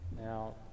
Now